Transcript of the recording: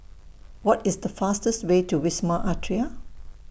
What IS The fastest Way to Wisma Atria